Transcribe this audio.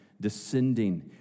descending